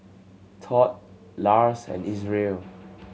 Tod Lars and Isreal